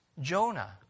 Jonah